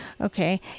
Okay